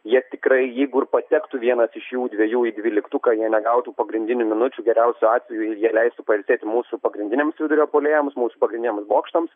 jie tikrai jeigu ir patektų vienas iš jų dviejų į dvyliktuką jie negautų pagrindinių minučių geriausiu atveju jie leistų pailsėti mūsų pagrindiniams vidurio puolėjams mūsų pagrindiniams bokštams